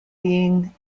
being